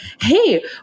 hey